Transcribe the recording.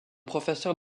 professeur